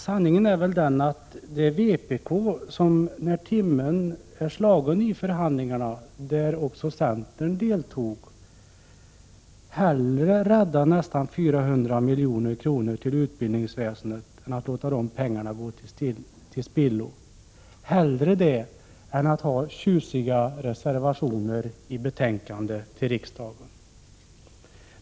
Sanningen är väl den att det var vpk som, när timmen var slagen i förhandlingarna, där också centern deltog, hellre räddade nästan 400 milj.kr. till utbildningsväsendet än lät de pengarna gå till spillo — hellre det än att ha tjusiga reservationer i betänkandet till riksdagen.